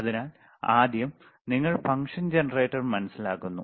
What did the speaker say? അതിനാൽ ആദ്യം നിങ്ങൾ ഫംഗ്ഷൻ ജനറേറ്റർ മനസ്സിലാക്കുന്നു